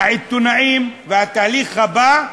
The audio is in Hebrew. העיתונאים, והתהליך הבא,